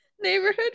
Neighborhood